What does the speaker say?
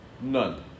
None